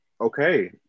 Okay